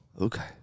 Okay